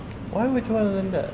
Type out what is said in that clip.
why would you want to learn that